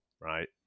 right